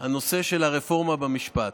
של הרפורמה במשפט.